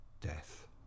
death